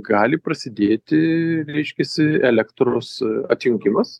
gali prasidėti reiškiasi elektros atjungimas